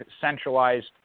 centralized